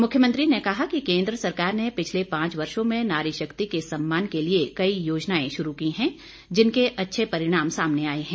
मुख्यमंत्री ने कहा कि केन्द्र सरकार ने पिछले पांच वर्षो में नारी शक्ति के सम्मान के लिए कई योजनाएं शुरू की हैं जिनके अच्छे परिणाम सामने आए हैं